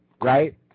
right